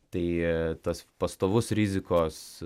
tai tas pastovus rizikos